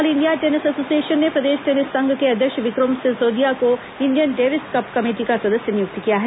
all India tennis association ने प्रदेश tennis संघ के अध्यक्ष विक्रम सिसोदिया को इंडियन डेविस कप कमेटी का सदस्य नियुक्त किया है